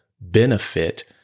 benefit